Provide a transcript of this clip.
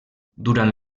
durant